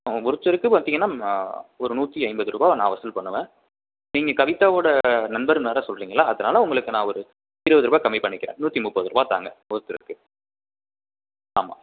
ஒருத்தருக்கு பார்த்தீங்கன்னா ஒரு நூற்றி ஐம்பது ரூபாய் நான் வசூல் பண்ணுவேன் நீங்கள் கவிதாவோடய நண்பருன்னு வேறு சொல்கிறிங்களா அதனால உங்களுக்கு நான் ஒரு இருபது ரூபாய் கம்மி பண்ணிக்கிறேன் நூற்றி முப்பது ரூபாய் தாங்க ஒருத்தருக்கு ஆமாம்